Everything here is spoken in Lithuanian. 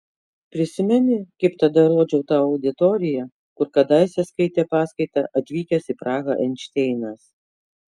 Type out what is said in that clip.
prisimeni kaip tada rodžiau tau auditoriją kur kadaise skaitė paskaitą atvykęs į prahą einšteinas